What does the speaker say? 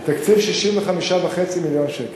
התקציב הוא 65.5 מיליון שקל.